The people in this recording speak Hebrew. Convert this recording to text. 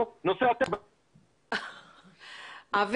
אם הוא נמצא בתת-תקן שלא יכול לתת מענה